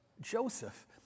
Joseph